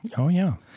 and oh, yeah.